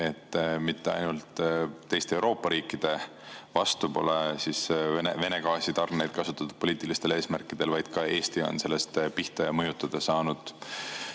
et mitte ainult teiste Euroopa riikide vastu pole Vene gaasi tarneid kasutatud poliitilistel eesmärkidel, vaid ka Eesti on sellest pihta ja mõjutada saanud.